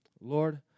Lord